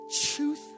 truth